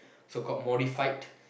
so called modified